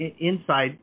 inside